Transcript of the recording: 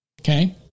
Okay